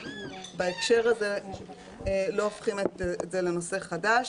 בהקשר הזה לא הופכים את זה לנושא חדש.